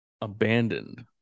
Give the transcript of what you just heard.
Abandoned